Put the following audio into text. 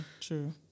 true